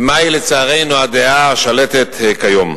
ומהי, לצערנו, הדעה השלטת כיום.